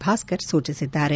ಭಾಸ್ಕರ್ ಸೂಚಿಸಿದ್ದಾರೆ